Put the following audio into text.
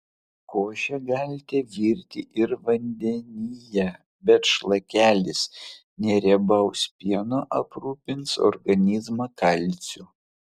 košę galite virti ir vandenyje bet šlakelis neriebaus pieno aprūpins organizmą kalciu